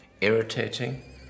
irritating